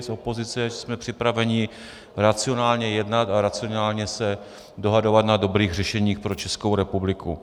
Z opozice jsme připraveni racionálně jednat a racionálně se dohadovat na dobrých řešeních pro Českou republiku.